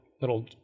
little